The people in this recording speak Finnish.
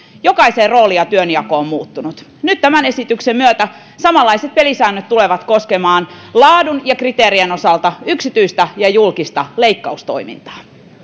jokaisen rooli ja työnjako ovat muuttuneet nyt tämän esityksen myötä samanlaiset pelisäännöt tulevat koskemaan laadun ja kriteerien osalta yksityistä ja julkista leikkaustoimintaa